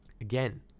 Again